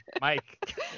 mike